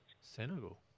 Senegal